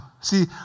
see